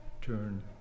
turn